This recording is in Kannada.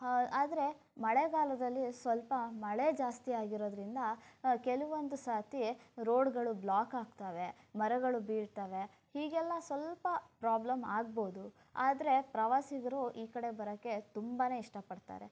ಆದರೆ ಮಳೆಗಾಲದಲ್ಲಿ ಸ್ವಲ್ಪ ಮಳೆ ಜಾಸ್ತಿ ಆಗಿರೋದರಿಂದ ಕೆಲವೊಂದು ಸರ್ತಿ ರೋಡ್ಗಳು ಬ್ಲಾಕ್ ಆಗ್ತವೆ ಮರಗಳು ಬೀಳ್ತವೆ ಹೀಗೆಲ್ಲ ಸ್ವಲ್ಪ ಪ್ರಾಬ್ಲಮ್ ಆಗ್ಬೋದು ಆದರೆ ಪ್ರವಾಸಿಗರು ಈ ಕಡೆ ಬರೋಕ್ಕೆ ತುಂಬ ಇಷ್ಟಪಡ್ತಾರೆ